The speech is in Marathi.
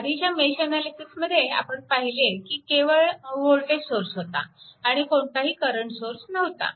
आधीच्या मेश अनालिसिसमध्ये आपण पाहिले की केवळ वोल्टेज सोर्स होता आणि कोणताही करंट सोर्स नव्हता